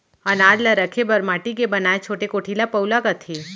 अनाज ल रखे बर माटी के बनाए छोटे कोठी ल पउला कथें